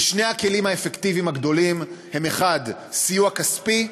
ושני הכלים האפקטיביים הגדולים הם: 1. סיוע כספי,